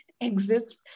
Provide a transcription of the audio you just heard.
exists